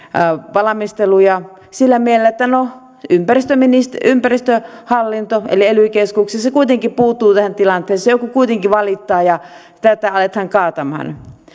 valmisteluja sillä mielellä että no ympäristöhallinto eli ely keskus kuitenkin puuttuu tähän tilanteeseen joku kuitenkin valittaa ja tätä aletaan kaatamaan